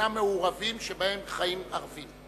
שאינם מעורבים שבהם חיים ערבים.